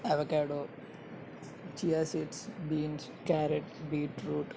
avocado chia seeds beans carrot beetroot